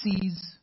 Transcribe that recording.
sees